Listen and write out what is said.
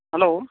hello